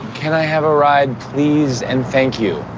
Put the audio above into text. can i have a ride, please, and thank you